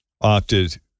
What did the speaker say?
opted